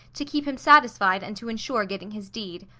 to keep him satisfied and to insure getting his deed.